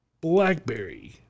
blackberry